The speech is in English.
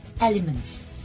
elements